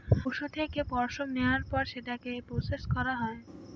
পশুর থেকে পশম নেওয়ার পর সেটাকে কারখানায় প্রসেস করা হয়